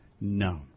No